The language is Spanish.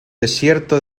desierto